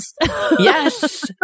Yes